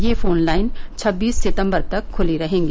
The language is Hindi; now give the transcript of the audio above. यह फोनलाइन छब्बीस सितम्बर तक ख्ली रहेंगी